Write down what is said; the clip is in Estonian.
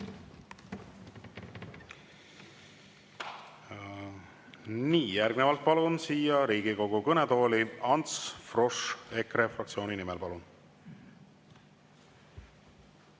Aitäh! Järgnevalt palun siia Riigikogu kõnetooli Ants Froschi EKRE fraktsiooni nimel. Palun!